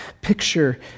picture